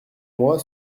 moi